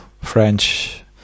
French